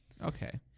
Okay